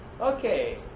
Okay